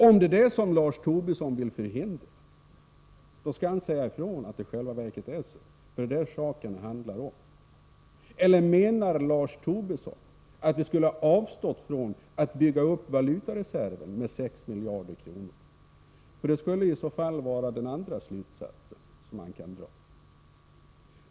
Om det är det som Lars Tobisson vill förhindra, skall han säga ifrån att det i själva verket är så, för det är den saken det handlar om. Eller menar Lars Tobisson att vi skulle ha avstått från att bygga upp valutareserven med 6 miljarder? Det är den andra slutsatsen som man kan dra.